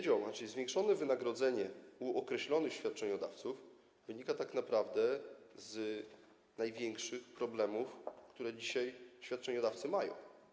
Zwiększone wynagrodzenie u określonych świadczeniodawców wynika tak naprawdę z największych problemów, które dzisiaj ci świadczeniodawcy mają.